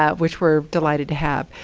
ah which we're delighted to have.